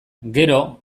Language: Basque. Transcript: gero